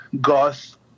goth